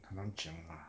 很难讲 lah